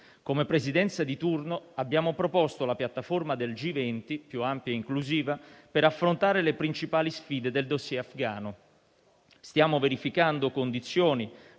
Come Presidenza di turno abbiamo proposto la piattaforma del G20, più ampia e inclusiva, per affrontare le principali sfide del *dossier* afghano. Stiamo verificando condizioni,